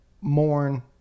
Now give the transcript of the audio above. mourn